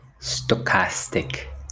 stochastic